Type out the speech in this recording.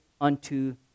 unto